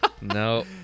no